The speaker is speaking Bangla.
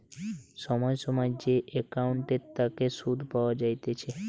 সময় সময় যে একাউন্টের তাকে সুধ পাওয়া যাইতেছে